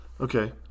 okay